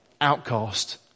Outcast